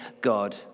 God